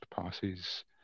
passes